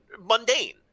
mundane